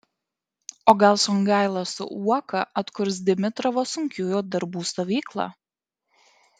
o gal songaila su uoka atkurs dimitravo sunkiųjų darbų stovyklą